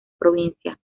provincia